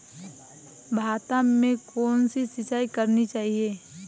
भाता में कौन सी सिंचाई करनी चाहिये?